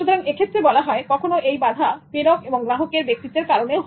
সুতরাং এক্ষেত্রে বলা হয় কখনো এই বাধা প্রেরক এবং গ্রাহকের ব্যক্তিত্বের কারণেও হয়